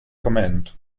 comment